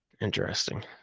interesting